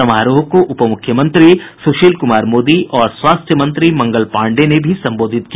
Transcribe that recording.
समारोह को उपमुख्यमंत्री सुशील कुमार मोदी और स्वास्थ्य मंत्री मंगल पांडेय ने भी संबोधित किया